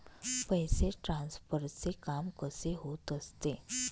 पैसे ट्रान्सफरचे काम कसे होत असते?